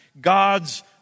God's